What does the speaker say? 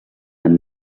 amb